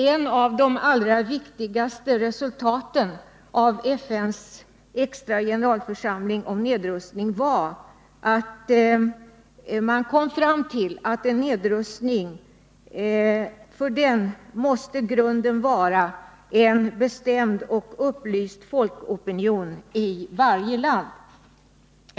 Ett av de allra viktigaste resultaten av FN:s extra generalförsamling om nedrustning var att man kom fram till att grunden för en nedrustning måste vara en bestämd och upplyst folkopinion i varje land.